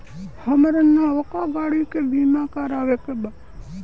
हामरा नवका गाड़ी के बीमा करावे के बा